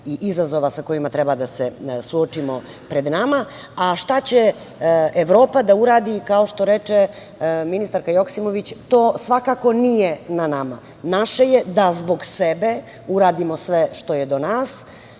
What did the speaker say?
i izazova sa kojima treba da se suočimo pred nama, a šta će Evropa da uradi, kao što reče ministarka Joksimović, to svakako nije na nama. Naše je da zbog sebe uradimo sve što je do nas